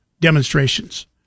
demonstrations